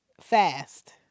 Fast